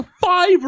five